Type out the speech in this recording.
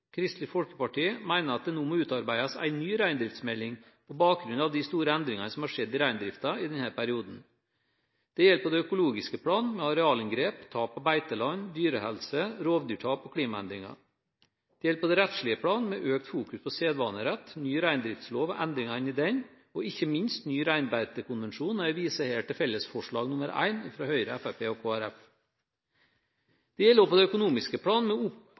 Kristelig Folkeparti mener at det nå må utarbeides en ny reindriftsmelding på bakgrunn av de store endringene som har skjedd i reindriften i denne perioden. Det gjelder på det økologiske plan med arealinngrep, tap av beiteland, dyrehelse, rovdyrtap og klimaendringer. Det gjelder på det rettslige plan med økt fokus på sedvanerett, ny reindriftslov og endringene i den, og ikke minst ny reinbeitekonvensjon. Jeg viser her til forslag nr. 1, fra Fremskrittspartiet, Høyre og Kristelig Folkeparti. Det gjelder også på det økonomiske plan med